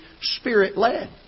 Spirit-led